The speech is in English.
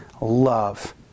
love